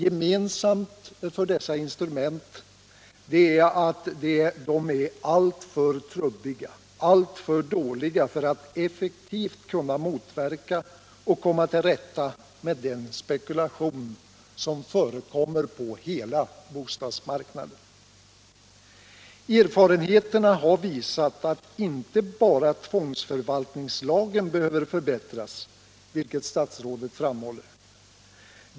Gemensamt för dessa instrument är att de är alltför trubbiga, alltför dåliga för att man effektivt skall kunna motverka och komma till rätta med den spekulation som förekommer på hela bostadsmarknaden. Erfarenheterna har visat att inte bara tvångsförvaltningslagen behöver förbättras, vilket statsrådet framhåller.